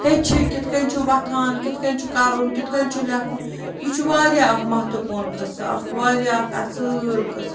ہیٚچھہِ کِتھ کٔنۍ چھُ وۄتھان کِتھ کٔنۍ چھُ کَرُن کِتھ کٔنۍ چھُ لیٚکھُن یہِ چھُ واریاہ اَکھ مہتَپوٗن قصہٕ اَکھ واریاہ اَکھ اصۭل قصہٕ